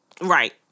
Right